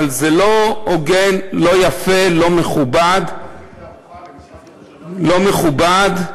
אבל זה לא הוגן, לא יפה, לא מכובד.